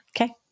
Okay